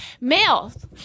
males